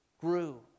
grew